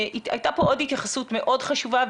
הייתה פה עוד התייחסות מאוד חשובה,